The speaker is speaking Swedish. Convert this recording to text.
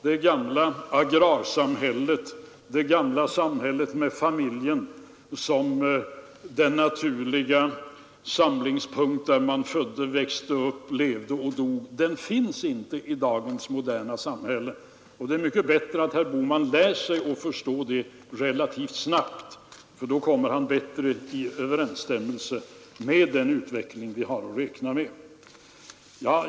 Det gamla agrarsamhället, det gamla samhället med familjen som den naturliga samlingspunkten där man föddes, växte upp, levde och dog finns inte i dagens moderna samhälle. Det vore mycket bättre att herr Bohman lärde sig att förstå det relativt snabbt, för då skulle han komma i bättre överensstämmelse med den utveckling vi har att räkna med.